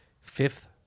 Fifth